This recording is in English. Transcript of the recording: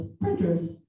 printers